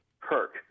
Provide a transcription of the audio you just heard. perk